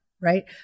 Right